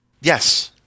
Yes